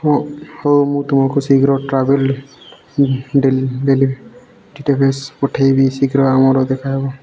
ହଉ ହଉ ମୁଁ ତୁମକୁ ଶୀଘ୍ର ଟ୍ରାଭେଲ୍ ପଠାଇବି ଶୀଘ୍ର ଆମର ଦେଖାହବ